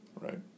right